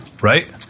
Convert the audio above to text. right